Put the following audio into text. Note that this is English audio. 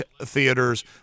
theaters